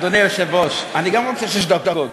אדוני היושב-ראש, גם אני רוצה שש דקות,